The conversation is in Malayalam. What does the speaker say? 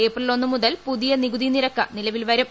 ഏപ്രിൽ ഒന്നുമുതൽ പുതിയ് നികുതി നിരക്ക് നിലവിൽ വരും